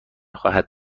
خواهد